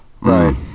Right